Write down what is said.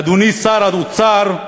אדוני שר האוצר,